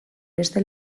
beste